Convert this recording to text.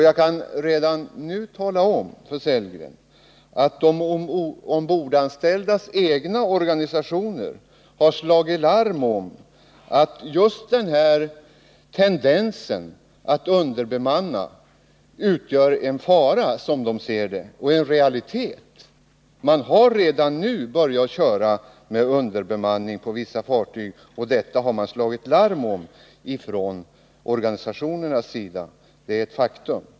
Jag kan redan nu tala om för Rolf Sellgren att de ombordanställdas egna organisationer har slagit larm om att man redan nu börjat köra med underbemanning på vissa fartyg. Det är en realitet och en fara, som de ser det.